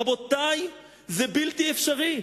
רבותי, זה בלתי אפשרי.